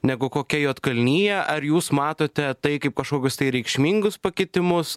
negu kokia juodkalnija ar jūs matote tai kaip kažkokius tai reikšmingus pakitimus